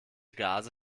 gase